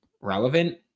relevant